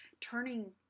turning